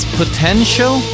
potential